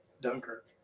Dunkirk